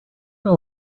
know